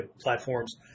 platforms